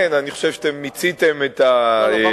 אני חושב שאתם מיציתם את הדיון,